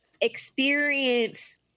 experience